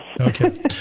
Okay